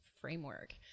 framework